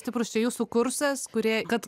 stiprus čia jūsų kursas kurie kad